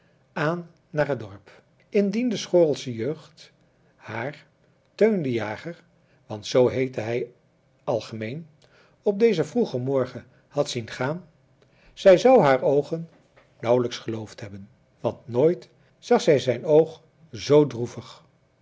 aan naar het dorp indien de schoorlsche jeugd haar teun den jager want zoo heette hij algemeen op dezen vroegen morgen had zien gaan zij zou haar oogen nauwelijks geloofd hebben want nooit zag zij zijn oog zoo droevig